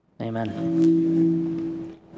Amen